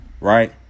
Right